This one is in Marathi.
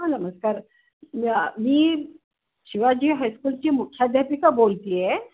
हा नमस्कार म मी शिवाजी हायस्कूलची मुखाध्यापिका बोलती आहे